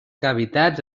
cavitats